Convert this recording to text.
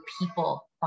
people